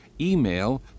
email